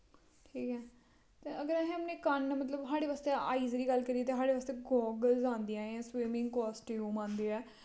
ते अगर साढ़े कन्न मतलब साढ़े बास्तै आईज दी गल्ल करिये ते साढ़े बास्तै गौगल्स आंदियां न स्विमिंग कास्टयूम आंदियां ऐं